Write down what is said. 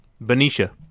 Benicia